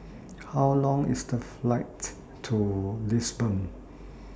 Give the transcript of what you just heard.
How Long IS The Flight to Lisbon